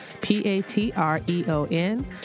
P-A-T-R-E-O-N